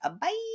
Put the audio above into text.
bye